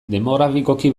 demografikoki